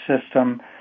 system